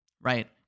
right